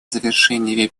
завершение